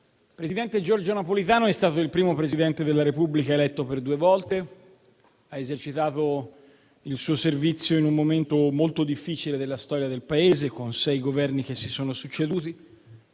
il presidente Giorgio Napolitano è stato il primo Presidente della Repubblica eletto per due volte ed ha esercitato il suo servizio in un momento molto difficile della storia del Paese, con sei Governi che si sono succeduti.